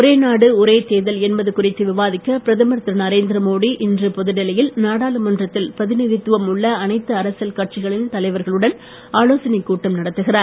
ஒரே நாடு ஒரே தேர்தல் என்பது குறித்து விவாதிக்க பிரதமர் திரு நரேந்திர மோடி இன்று மதியம் புதுடெல்லியில் நாடாளுமன்றத்தில் பிரதிநிதித்துவம் உள்ள அனைத்து அரசியல் கட்சிகளின் தலைவர்களுடன் ஆலோசனைக் கூட்டம் நடத்துகிறார்